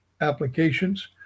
applications